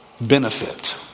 benefit